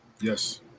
Yes